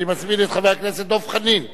אני מזמין את חבר הכנסת דב חנין,